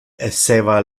esseva